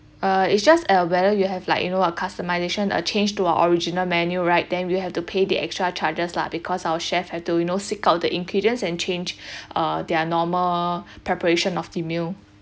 uh it's just uh whether you have like you know a customization a change to our original menu right then you have to pay the extra charges lah because our chefs had to you know seek out the ingredients and change uh their normal preparation of the meal